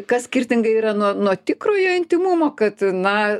kas skirtingai yra nuo nuo tikrojo intymumo kad na